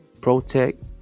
protect